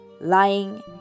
lying